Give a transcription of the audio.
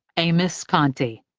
amos conti.